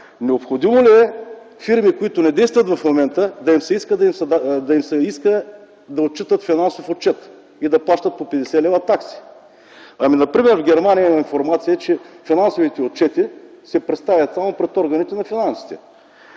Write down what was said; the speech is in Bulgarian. Необходимо ли е фирми, които не действат в момента, да им се иска да отчитат финансов отчет и да плащат по 50 лв. такси? Имам информация, например в Германия, че финансовите отчети се представят само пред органите на финансите.